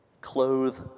clothe